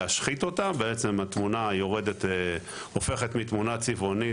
להשחית אותה בעצם התמונה הופכת מתמונה צבעונית